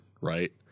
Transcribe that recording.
right